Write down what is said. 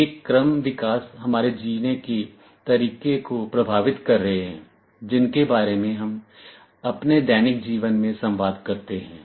ये क्रम विकास हमारे जीने के तरीके को प्रभावित कर रहे हैं जिनके बारे मे हम अपने दैनिक जीवन में संवाद करते हैं